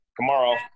tomorrow